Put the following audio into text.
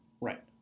Right